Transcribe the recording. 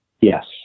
yes